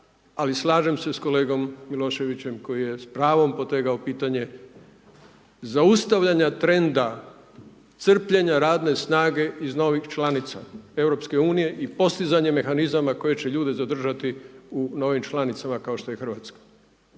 ali slažem se sa kolegom Miloševićem koji je s pravom potegao pitanje zaustavljanje trenda crpljenja radne snage iz novih članica EU i postizanje mehanizama koje će ljude zadržati u, novim članicama kao što je Hrvatska.